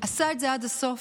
עשה את זה עד הסוף,